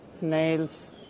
nails